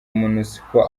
monusco